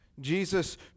Jesus